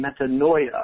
metanoia